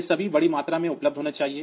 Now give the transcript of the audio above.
यह सभी बड़ी मात्रा में उपलब्ध होना चाहिए